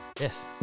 Yes